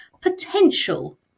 potential